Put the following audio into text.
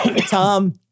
Tom